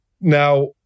Now